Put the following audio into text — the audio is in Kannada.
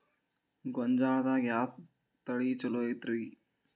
ಗೊಂಜಾಳದಾಗ ಯಾವ ತಳಿ ಛಲೋ ಐತ್ರಿ?